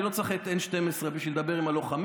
אני לא צריך את 12N בשביל לדבר עם הלוחמים.